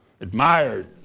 admired